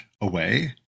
away